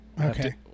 okay